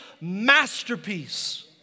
masterpiece